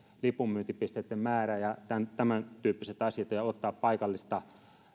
lipunmyyntipisteitten määrä ja tämän tyyppiset asiat ja ottaa paikallista